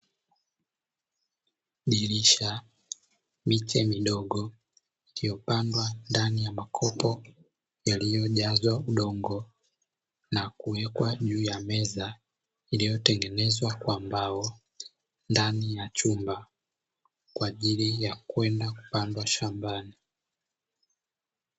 Dirisha, miche midogo iliyopandwa ndani ya makopo yaliyojazwa udongo na kuwekwa juu ya meza, iliyotengenezwa kwa mbao ndani ya chumba, kwaayjili ya kwenda kupandwa shambani.